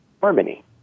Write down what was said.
harmony